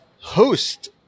host